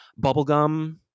bubblegum